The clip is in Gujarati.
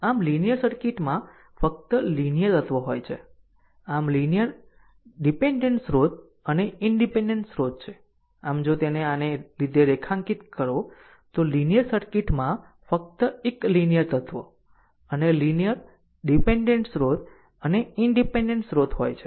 આમ લીનીયર સર્કિટમાં ફક્ત લીનીયર તત્વો હોય છે આમ લીનીયર ડીપેન્ડેન્ટ સ્રોત અને ઈનડીપેન્ડેન્ટ સ્રોત છે આમ જો તેને આને લીધે રેખાંકિત કરો તો લીનીયર સર્કિટ્સમાં ફક્ત એક લીનીયર તત્વો લીનીયર ડીપેન્ડેન્ટ સ્રોત અને ઈનડીપેન્ડેન્ટ સ્રોત હોય છે